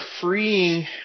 freeing